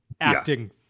acting